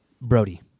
Brody